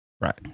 right